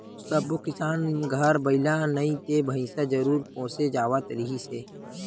सब्बो किसान घर बइला नइ ते भइसा जरूर पोसे जावत रिहिस हे